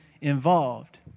involved